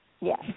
Yes